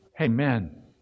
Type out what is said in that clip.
Amen